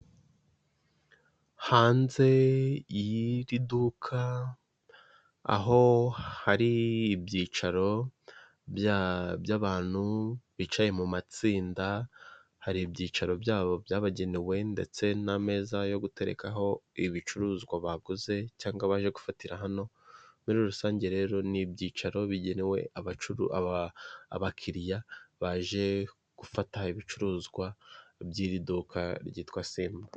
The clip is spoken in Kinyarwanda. Hanze y'iri duka aho hari ibyicaro by'abantu, bicaye mu matsinda hari ibyicaro byabo byabagenewe. Ndetse n'ameza yo guterekaho ibicuruzwa baguze cyangwa baje gufatira hano. Muri rusange rero n' ibyicaro bigenewe abakiriya baje gufata ibicuruzwa by'iri duka ryitwa simba.